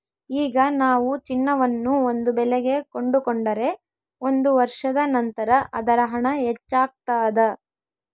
ಈಗ ನಾವು ಚಿನ್ನವನ್ನು ಒಂದು ಬೆಲೆಗೆ ಕೊಂಡುಕೊಂಡರೆ ಒಂದು ವರ್ಷದ ನಂತರ ಅದರ ಹಣ ಹೆಚ್ಚಾಗ್ತಾದ